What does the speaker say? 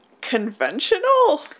conventional